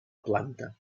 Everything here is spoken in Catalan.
planta